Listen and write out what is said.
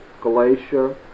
Galatia